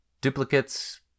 Duplicates